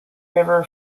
river